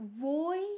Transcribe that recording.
void